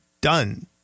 done